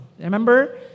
Remember